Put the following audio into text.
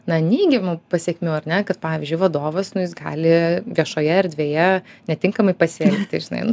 na neigiamų pasekmių ar ne kad pavyzdžiui vadovas nu jis gali viešoje erdvėje netinkamai pasielgti žinai nu